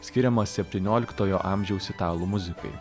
skiriamas septynioliktojo amžiaus italų muzikai